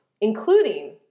including